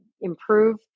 improve